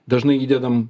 dažnai įdedam